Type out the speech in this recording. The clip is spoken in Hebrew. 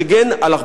שמגן על,